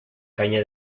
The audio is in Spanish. caña